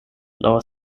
lower